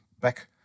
back